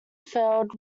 failed